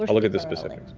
and look at the specifics,